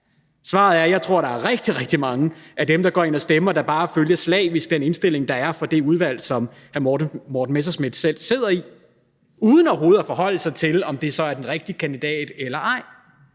Svaret er, at jeg tror, at der er rigtig, rigtig mange af dem, der går ind og stemmer, der bare slavisk følger den indstilling, der er fra det udvalg, som hr. Morten Messerschmidt selv sidder i, uden overhovedet at forholde sig til, om det så er den rigtige kandidat eller ej.